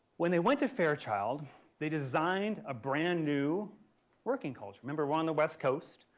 when they went to fairchild they designed a brand new working culture. remember we're on the west coast.